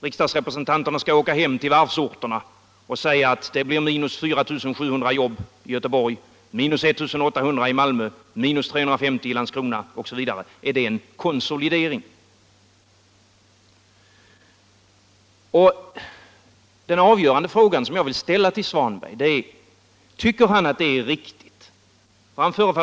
Riksdagsledamöterna kommer att få åka hem till varvsorterna och säga att det blir minus 4 700 jobb i Göteborg, minus 1 800 i Malmö, minus 350 i Landskrona, osv. — är det en konsolidering? Herr Svanberg förefaller övertygad om att nedskärningsprogrammet innebär den riktiga linjen på sikt.